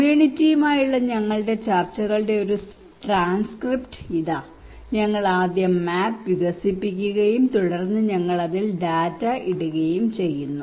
കമ്മ്യൂണിറ്റിയുമായുള്ള ഞങ്ങളുടെ ചർച്ചകളുടെ ഒരു ട്രാൻസ്ക്രിപ്റ്റ് ഇതാ ഞങ്ങൾ ആദ്യം മാപ്പ് വികസിപ്പിക്കുകയും തുടർന്ന് ഞങ്ങൾ അതിൽ ഡാറ്റ ഇടുകയും ചെയ്യുന്നു